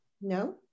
No